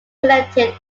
connected